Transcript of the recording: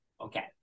Okay